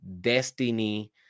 destiny